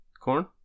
corn